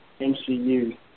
MCU